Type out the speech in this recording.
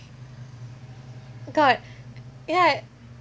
got yet